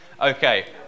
Okay